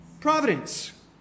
Providence